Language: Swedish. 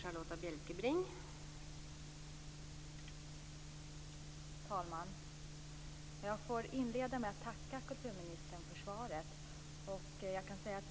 Fru talman! Jag får inleda med att tacka kulturministern för svaret.